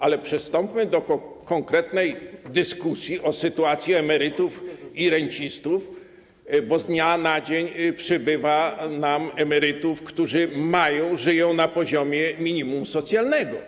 Ale przystąpmy do konkretnej dyskusji o sytuacji emerytów i rencistów, bo z dnia na dzień przybywa nam emerytów, którzy żyją na poziomie minimum socjalnego.